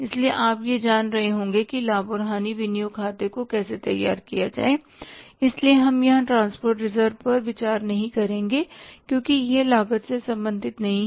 इसलिए आप यह जान रहे होंगे कि लाभ और हानि विनियोग खाते को कैसे तैयार किया जाए इसलिए हम यहां ट्रांसपोर्ट रिजर्व पर विचार नहीं करेंगे क्योंकि यह लागत से संबंधित नहीं है